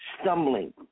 stumbling